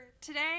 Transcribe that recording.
today